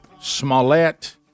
Smollett